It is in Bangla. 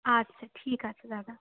আচ্ছা ঠিক আছে দাদা